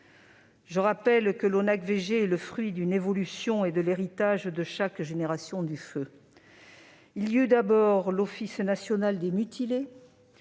le rappelle, l'ONACVG est le fruit d'une évolution et l'héritage de chaque génération du feu. Il y eut d'abord l'Office national des mutilés,